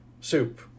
soup